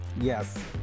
Yes